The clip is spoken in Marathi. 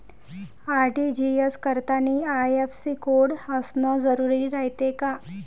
आर.टी.जी.एस करतांनी आय.एफ.एस.सी कोड असन जरुरी रायते का?